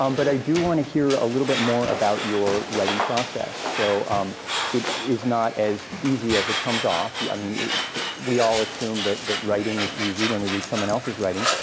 um but i do want to hear a little bit more about your writing process. so um it is not as easy as it comes off. yeah i mean we all assume that that writing is easy when we read someone else's writing.